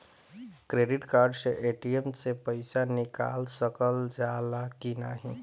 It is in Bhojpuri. क्रेडिट कार्ड से ए.टी.एम से पइसा निकाल सकल जाला की नाहीं?